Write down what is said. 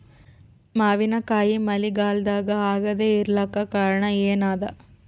ಮಾವಿನಕಾಯಿ ಮಳಿಗಾಲದಾಗ ಆಗದೆ ಇರಲಾಕ ಕಾರಣ ಏನದ?